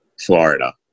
Florida